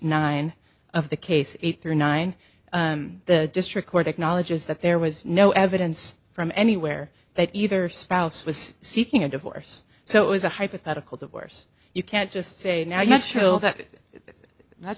nine of the case eight thirty nine the district court acknowledges that there was no evidence from anywhere that either spouse was seeking a divorce so it was a hypothetical divorce you can't just say now